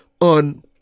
on